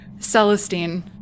celestine